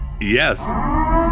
yes